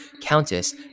Countess